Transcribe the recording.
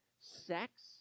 Sex